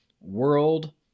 World